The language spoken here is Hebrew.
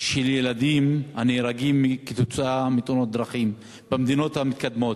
של ילדים הנהרגים כתוצאה מתאונות דרכים במדינות המתקדמות.